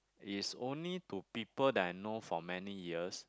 is only to people that I know for many years